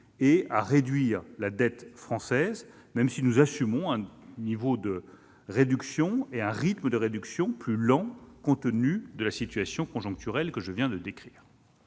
et à réduire la dette française, même si nous assumons un niveau et un rythme de réduction plus lent, compte tenu de la situation conjoncturelle que je viens de décrire.